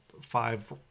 five